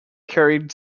carried